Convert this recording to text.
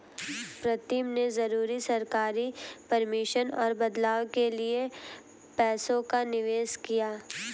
प्रीतम ने जरूरी सरकारी परमिशन और बदलाव के लिए पैसों का निवेश किया